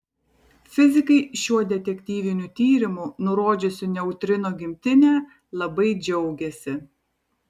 fizikai šiuo detektyviniu tyrimu nurodžiusiu neutrino gimtinę labai džiaugiasi